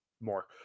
more